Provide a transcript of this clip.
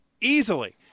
Easily